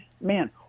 man